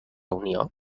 unió